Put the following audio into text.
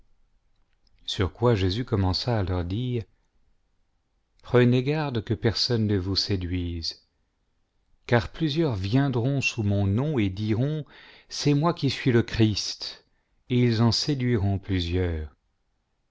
sur quoi jésus commença à leur dire prenez arde que personne ne vous séduise car plusieurs viendront sous mon nom et diront c'est moi qui suis le christ et ils en séduiront plusieurs